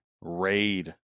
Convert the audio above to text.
Raid